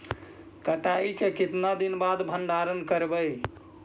कटाई के कितना दिन मे भंडारन करबय?